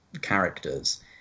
characters